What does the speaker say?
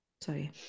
Sorry